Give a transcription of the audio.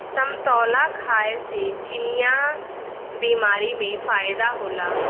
समतोला खाए से चिनिया बीमारी में फायेदा होला